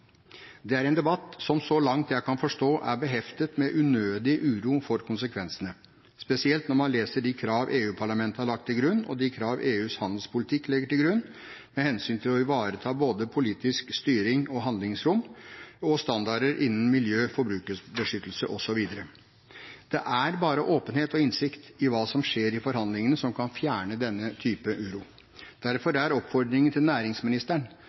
Det er en debatt som, så langt jeg kan forstå, er beheftet med unødig uro for konsekvensene, spesielt når man leser de krav EU-parlamentet har lagt til grunn, og de krav EUs handelspolitikk legger til grunn, med hensyn til å ivareta både politisk styring og handlingsrom og standarder innen miljø, forbrukerbeskyttelse osv. Det er bare åpenhet og innsikt i hva som skjer i forhandlingene, som kan fjerne denne type uro. Derfor er oppfordringen til næringsministeren